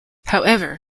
however